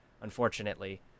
unfortunately